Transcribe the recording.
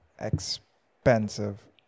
expensive